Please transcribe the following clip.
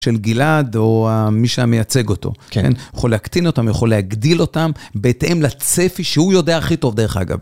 של גלעד או מי שמייצג אותו, כן? יכול להקטין אותם, יכול להגדיל אותם, בהתאם לצפי שהוא יודע הכי טוב דרך אגב.